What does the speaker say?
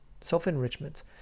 self-enrichment